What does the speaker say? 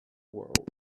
world